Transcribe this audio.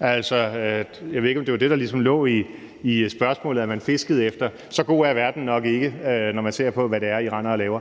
Jeg ved ikke, om det var det, der ligesom lå i spørgsmålet, altså at det var det, man fiskede efter. Så god er verden nok ikke, når man ser på, hvad det er, I render og laver.